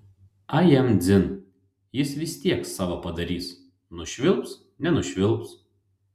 a jam dzin jis vis tiek savo padarys nušvilps nenušvilps